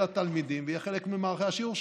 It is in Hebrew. התלמידים ויהיה חלק ממערכי השיעור שלהם.